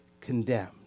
condemned